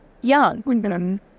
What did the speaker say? young